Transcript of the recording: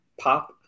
pop